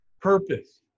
purpose